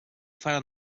faran